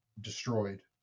destroyed